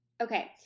Okay